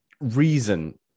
reason